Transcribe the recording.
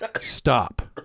Stop